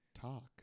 Talk